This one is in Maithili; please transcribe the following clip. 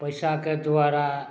पैसाके दुआरा